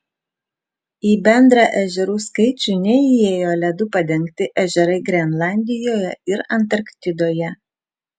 į bendrą ežerų skaičių neįėjo ledu padengti ežerai grenlandijoje ir antarktidoje